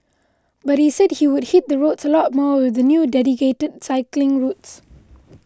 but he said he would hit the roads a lot more with the new dedicated cycling routes